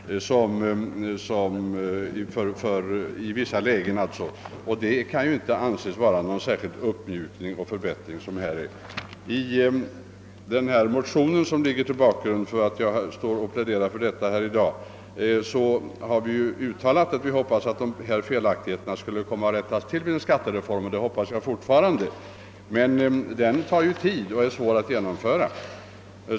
Detta kan ju inte anses vara någon uppmjukning eller förbättring. I den motion som ligger till grund för mitt pläderande i dag har vi uttalat förhoppningen att dessa felaktigheter kommer att rättas till vid en kommande skattereform. Jag hoppas fortfarande härpå men en sådan reform tar ju tid och är svår att genomföra.